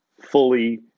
fully